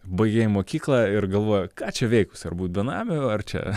baigei mokyklą ir galvoji ką čia veikus ar būt benamiu ar čia